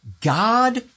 God